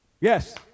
Yes